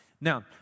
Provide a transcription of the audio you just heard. Now